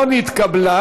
לא נתקבלה.